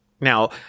now